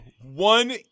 one